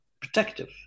protective